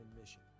mission